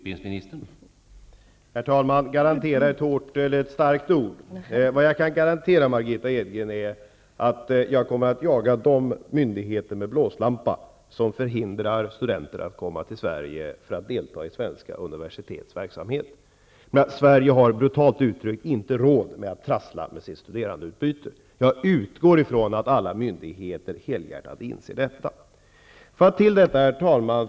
Herr talman! Garantera är ett starkt ord. Vad jag kan garantera Margitta Edgren är att jag kommer att jaga de myndigheter med blåslampa som förhindrar studenter att komma till Sverige för att delta i svenska universitets verksamhet. Sverige har, brutalt uttryckt, inte råd att trassla med sitt studentutbyte. Jag utgår från att alla myndigheter helhjärtat inser det. Herr talman!